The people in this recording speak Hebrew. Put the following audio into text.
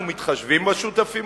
אנחנו מתחשבים בשותפים